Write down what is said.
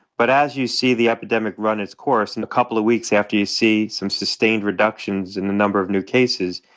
but as you see the epidemic run its course, in a couple of weeks after you see some sustained reductions in the number of new cases,